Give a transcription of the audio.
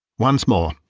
once more,